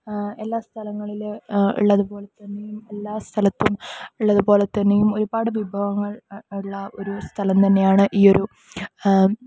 എല്ലാ സ്ഥലങ്ങളിലും ഉള്ളത്പോലെതന്നെ എല്ലാ സ്ഥലത്തും ഉള്ളതുപോലെത്തന്നെയും ഒരുപാട് വിഭവങ്ങൾ ഉള്ള ആ ഒരു സ്ഥലം തന്നെയാണ് ഈയൊരു